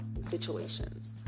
situations